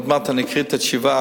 עוד מעט אני אקריא את התשובה,